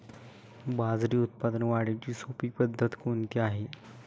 बाजरी उत्पादन वाढीची सोपी पद्धत कोणती आहे?